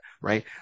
right